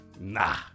Nah